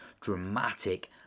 dramatic